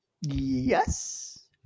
Yes